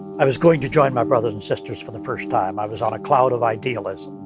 i was going to join my brothers and sisters for the first time. i was on a cloud of idealism,